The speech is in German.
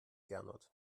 gernot